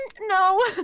no